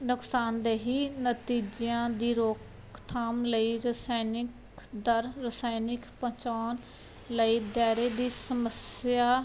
ਨੁਕਸਾਨਦੇਹ ਨਤੀਜਿਆਂ ਦੀ ਰੋਕਥਾਮ ਲਈ ਰਸਾਇਣਿਕ ਦਰ ਰਸਾਇਣਿਕ ਪਹੁੰਚਾਉਣ ਲਈ ਦਾਇਰੇ ਦੀ ਸਮੱਸਿਆ